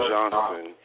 Johnson